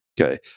okay